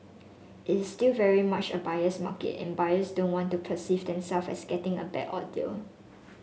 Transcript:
it is still very much a buyer's market and buyers don't want to perceive them self as getting a bad or deal